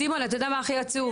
סימון אתה יודע מה הכי עצוב?